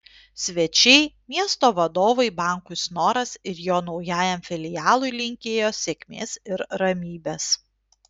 svečiai miesto vadovai bankui snoras ir jo naujajam filialui linkėjo sėkmės ir ramybės